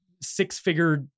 six-figure